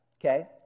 okay